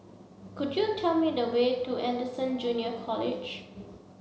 could you tell me the way to Anderson Junior College